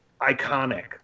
iconic